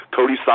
Cody